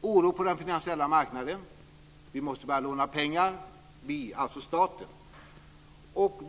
oro på den finansiella marknaden och att vi, alltså staten, måste börja låna pengar.